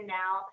now